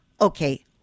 Okay